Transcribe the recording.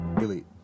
Elite